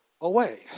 away